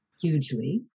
hugely